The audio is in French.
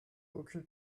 aucune